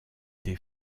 des